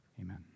amen